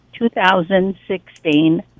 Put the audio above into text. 2016